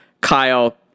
Kyle